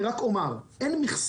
אני רק אומר, אין מכסות